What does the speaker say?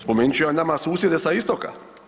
Spomenut ću ja nama susjede sa istoka.